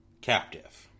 captive